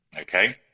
Okay